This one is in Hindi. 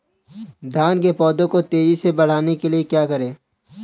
धान के पौधे को तेजी से बढ़ाने के लिए क्या करें?